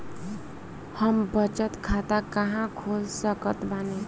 हम बचत खाता कहां खोल सकत बानी?